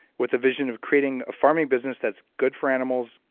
with a vision of creating a farming business that's good for animals,